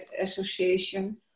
association